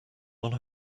one